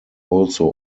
also